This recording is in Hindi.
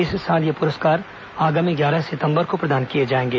इस साल ये पुरस्कार आगामी ग्यारह सितंबर को प्रदान किए जाएंगे